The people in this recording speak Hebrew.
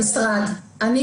מהמשרד.